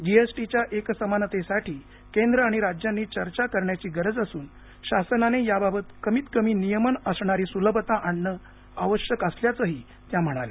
जीएसटीच्या एकसमानतेसाठी केंद्र आणि राज्यांनी चर्चा करण्याची गरज असून शासनाने याबाबत कमीतकमी नियमन असणारी सुलभता आणणं आवश्यक असल्याचंही त्या म्हणाल्या